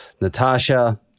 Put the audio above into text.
natasha